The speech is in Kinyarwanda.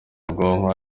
bwonko